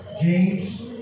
James